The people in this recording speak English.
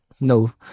No